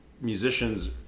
musicians